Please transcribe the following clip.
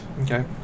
Okay